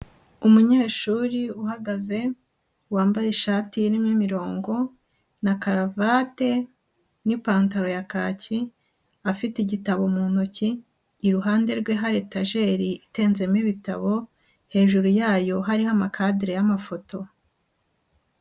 Umunyeshuri uhagaze wambaye ishati irimo imirongo na karavate n'ipantaro ya kaki, afite igitabo mu ntoki, iruhande rwe hari etajeri itenzemo ibitabo, hejuru yayo hariho amakadere y'amafoto.